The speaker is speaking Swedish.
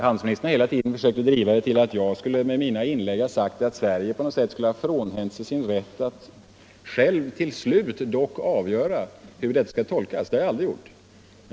Handelsministern har hela tiden försökt driva den meningen att jag i mina inlägg skulle ha sagt att Sverige på något sätt skulle ha frånhänt sig sin rätt att själv till slut dock avgöra hur detta skall tolkas. Det har jag aldrig gjort.